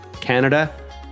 Canada